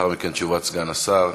לאחר מכן, תשובת סגן השר,